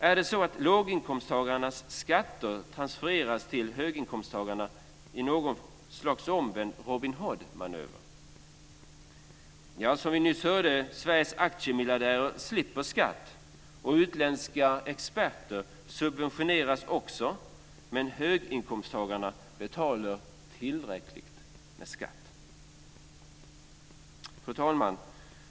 Är det så att låginkomsttagarnas skatter transfereras till höginkomsttagarna i något slags omvänd Robin Hoodmanöver? Som vi nyss hörde slipper Sveriges aktiemiljardärer skatt, och utländska experter subventioneras också. Men höginkomsttagarna betalar tillräckligt med skatt. Fru talman!